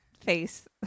face